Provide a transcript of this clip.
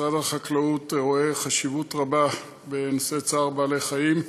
משרד החקלאות רואה חשיבות רבה בנושא צער בעלי-חיים.